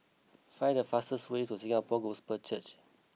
find the fastest way to Singapore Gospel Church